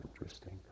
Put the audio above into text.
interesting